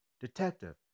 Detective